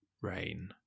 rain